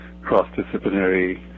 cross-disciplinary